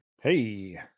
Hey